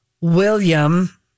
William